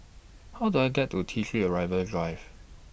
How Do I get to T three Arrival Drive